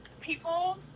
people